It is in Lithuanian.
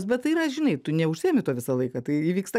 bet tai yra žinai tu neužsiimi tuo visą laiką tai įvyksta